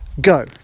go